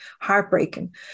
heartbreaking